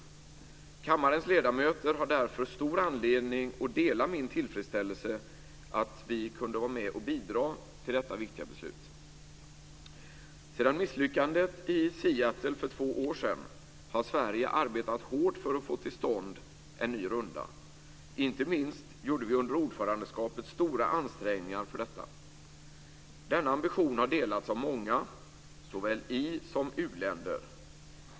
Kammarens ledamöter har därför stor anledning att dela min tillfredsställelse över att vi kunde vara med och bidra till detta viktiga beslut. Sedan misslyckandet i Seattle för två år sedan har Sverige arbetat hårt för att få till stånd en ny runda. Inte minst gjorde vi under ordförandeskapet stora ansträngningar för detta. Denna ambition har delats av många, såväl i som u-länder.